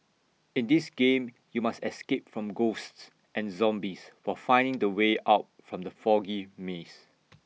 in this game you must escape from ghosts and zombies while finding the way out from the foggy maze